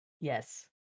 Yes